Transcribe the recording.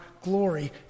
glory